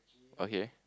okay